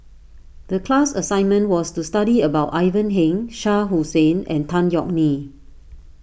the class assignment was to study about Ivan Heng Shah Hussain and Tan Yeok Nee